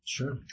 Sure